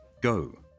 go